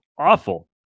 awful